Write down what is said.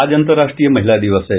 आज अंतर्राष्ट्रीय महिला दिवस है